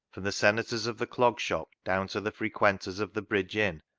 from the senators of the clog shop down to the frequenters of the bridge inn,